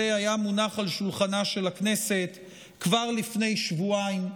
יונח על שולחנה של הכנסת כבר לפני שבועיים,